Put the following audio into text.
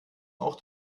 auch